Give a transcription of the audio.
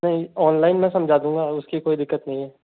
नहीं ऑनलाइन मैं समझा दूँगा उसकी कोई दिक्कत नहीं है